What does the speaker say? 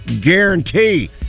guarantee